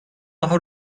daha